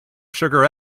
sugar